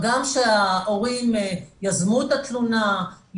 הגם שההורים יזמו את התלונה,